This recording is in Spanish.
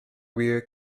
vive